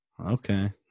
Okay